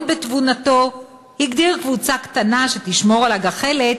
בתבונתו הגדיר קבוצה קטנה שתשמור על הגחלת,